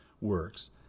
works